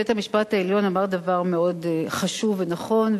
בית-המשפט העליון אמר דבר מאוד חשוב ונכון,